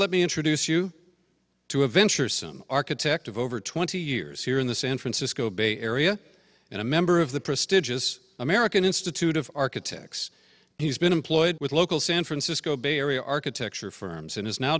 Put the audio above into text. let me introduce you to a venturesome architect of over twenty years here in the san francisco bay area and a member of the prestigious american institute of architects he's been employed with local san francisco bay area architecture firms and is now